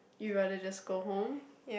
you rather just go home